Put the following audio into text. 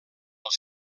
els